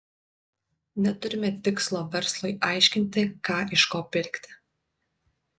neturime tikslo verslui aiškinti ką iš ko pirkti